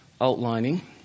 outlining